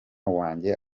wanjye